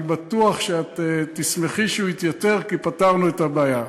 אני בטוח שאת תשמחי שהוא יתייתר כי פתרנו את הבעיה.